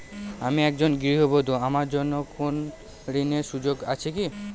আমি একজন গৃহবধূ আমার জন্য কোন ঋণের সুযোগ আছে কি?